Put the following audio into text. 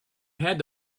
had